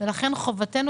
ואלה שמפסידים הם לא החזקים.